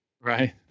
right